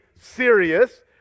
serious